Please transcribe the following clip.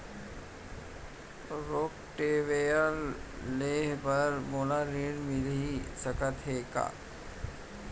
Rotavator लेहे बर मोला ऋण मिलिस सकत हे का?